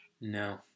No